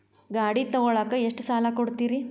ಗಾಡಿ ತಗೋಳಾಕ್ ಎಷ್ಟ ಸಾಲ ಕೊಡ್ತೇರಿ?